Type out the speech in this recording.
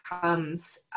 comes